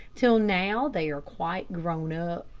till now they are quite grown up.